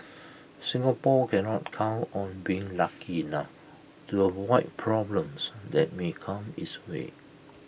Singapore cannot count on being lucky enough to avoid problems that may come its way